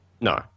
No